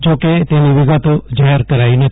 જો કે તેની વિગતો જાહેર કરાઈ નથી